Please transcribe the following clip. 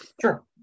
Sure